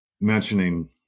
mentioning